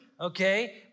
okay